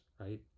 right